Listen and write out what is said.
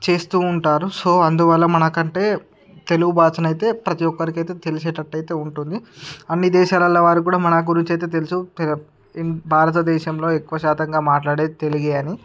చేస్తూ ఉంటారు సో అందువల్ల మనకంటే తెలుగు భాషనైతే ప్రతి ఒక్కరికైతే తెలిసేటట్టయితే ఉంటుంది అన్ని దేశాలల వారికి కూడా మన గురించైతే తెలుసు తె ఇం భారతదేశంలో ఎక్కువ శాతంగా మాట్లాడేది తెలుగే అని